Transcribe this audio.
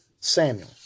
Samuel